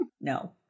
No